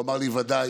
והוא אמר לי : ודאי.